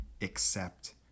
accept